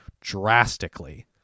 drastically